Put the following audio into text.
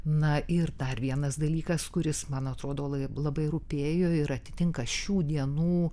na ir dar vienas dalykas kuris man atrodo la labai rūpėjo ir atitinka šių dienų